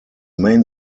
main